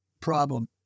problem